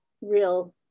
real